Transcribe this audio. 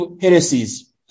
heresies